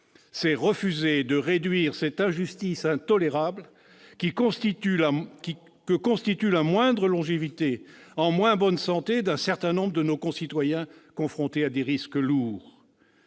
c'est refuser de réduire cette injustice intolérable que constitue la moindre longévité en moins bonne santé d'un certain nombre de nos concitoyens confrontés à des risques lourds.